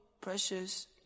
precious